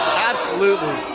absolutely.